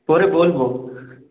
পরে বলব